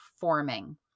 forming